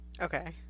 Okay